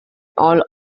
all